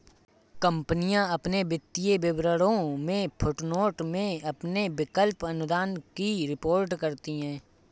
कंपनियां अपने वित्तीय विवरणों में फुटनोट में अपने विकल्प अनुदान की रिपोर्ट करती हैं